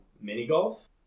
mini-golf